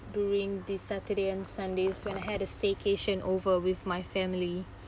during this saturday and sunday when I had a staycation over with my family